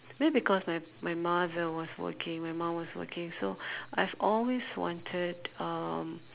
maybe because my my mother was working my mum was working so I've always wanted uh